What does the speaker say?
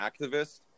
activist